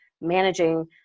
managing